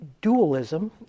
dualism